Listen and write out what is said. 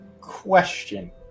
question